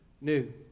new